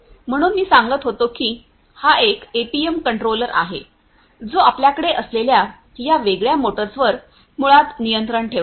म्हणून मी सांगत होतो की हा एपीएम कंट्रोलर आहे जो आपल्याकडे असलेल्या या वेगळ्या मोटर्सवर मुळात नियंत्रण ठेवतो